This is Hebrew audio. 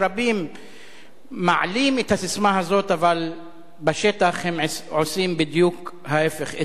כשרבים מעלים את הססמה הזאת אבל בשטח הם עושים בדיוק ההיפך.